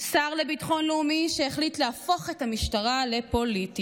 שר לביטחון לאומי שהחליט להפוך את המשטרה לפוליטית,